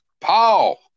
Paul